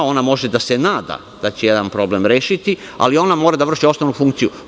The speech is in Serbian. Ona može da se nada da će jedan problem rešiti, ali ona mora da vrši osnovnu funkciju.